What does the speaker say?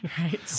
right